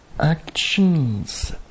Actions